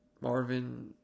Marvin